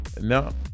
No